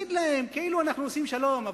נגיד להם כאילו אנחנו עושים שלום,